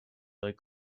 that